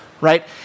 right